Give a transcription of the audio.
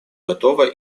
готова